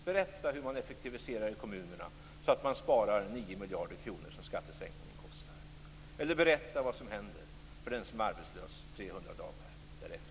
Berätta hur man effektiviserar i kommunerna så att man sparar 9 miljarder kronor, som skattesänkningen kostar. Berätta vad som händer den arbetslöse efter 300 dagar!